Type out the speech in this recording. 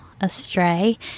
astray